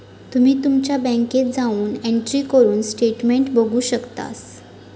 तुम्ही तुमच्या बँकेत जाऊन एंट्री करून स्टेटमेंट बघू शकतास